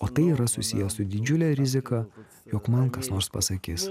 o tai yra susiję su didžiule rizika jog man kas nors pasakys